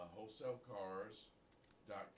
WholesaleCars.com